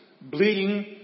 bleeding